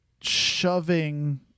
shoving